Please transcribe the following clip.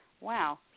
Wow